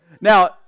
Now